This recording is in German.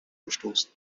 gestoßen